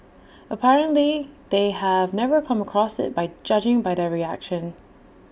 apparently they have never come across IT by judging by their reaction